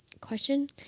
question